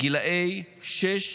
בגילי שש